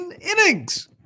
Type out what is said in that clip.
Innings